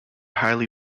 highly